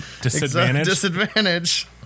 disadvantage